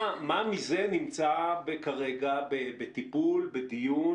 מה מזה נמצא כרגע בטיפול ובדיון?